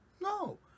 No